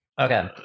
Okay